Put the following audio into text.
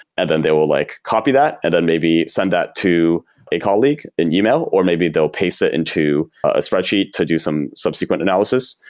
and then they will like copy that and then maybe send that to a colleague an yeah e-mail, or maybe they'll paste it into a spreadsheet to do some subsequent analysis,